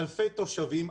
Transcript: אלפי תושבים,